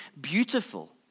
beautiful